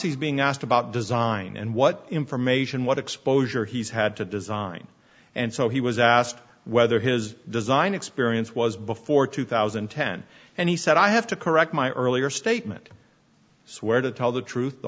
he's being asked about design and what information what exposure he's had to design and so he was asked whether his design experience was before two thousand and ten and he said i have to correct my earlier statement swear to tell the truth the